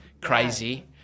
crazy